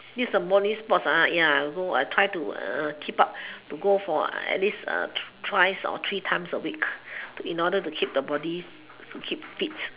this is morning sports ya I try to keep up to go for at least thrice or three times a week in order to keep the body to keep fit